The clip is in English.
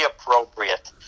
appropriate